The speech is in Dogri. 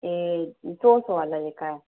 ए सौ सौ आह्ला जेह्का ऐ